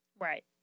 right